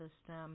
system